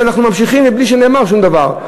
ואנחנו ממשיכים בלי שנאמר שום דבר.